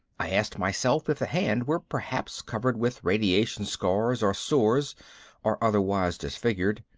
i asked myself if the hand were perhaps covered with radiation scars or sores or otherwise disfigured.